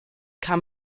kam